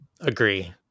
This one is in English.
Agree